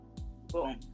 boom